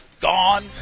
Gone